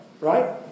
right